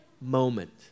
moment